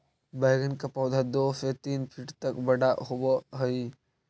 बैंगन का पौधा दो से तीन फीट तक बड़ा होव हई